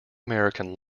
american